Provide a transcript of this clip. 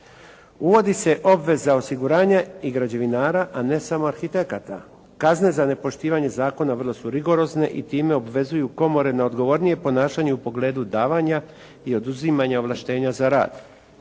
Uvodi se obveza osiguranja i građevinara a ne samo arhitekata, kazne za nepoštivanje zakona vrlo su rigorozne i time obvezuju komore na odgovornije ponašanje u pogledu davanja i oduzimanja ovlaštenja za rad.